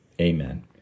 Amen